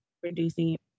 producing